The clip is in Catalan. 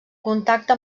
contacte